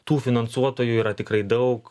tų finansuotojų yra tikrai daug